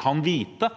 kan vite